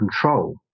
control